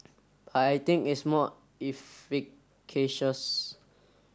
but I think it's more efficacious